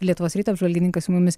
lietuvos ryto apžvalgininkas su mumis